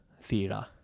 theatre